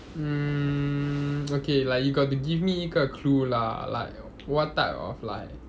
mm okay like you got to give me 一个 clue lah like what type of like